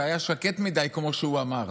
היה שקט מדי, כמו שהוא אמר,